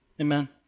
Amen